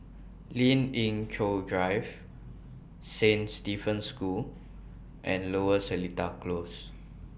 Lien Ying Chow Drive Saint Stephen's School and Lower Seletar Close